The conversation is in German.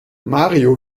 mario